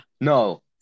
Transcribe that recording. No